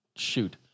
Shoot